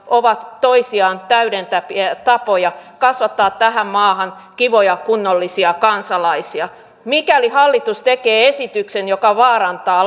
ovat toisiaan täydentäviä tapoja kasvattaa tähän maahan kivoja kunnollisia kansalaisia mikäli hallitus tekee esityksen joka vaarantaa